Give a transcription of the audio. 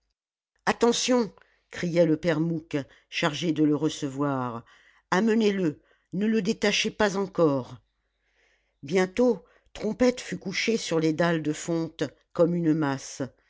attention criait le père mouque chargé de le recevoir amenez-le ne le détachez pas encore bientôt trompette fut couché sur les dalles de fonte comme une masse